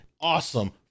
awesome